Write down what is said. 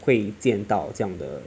会见到这样的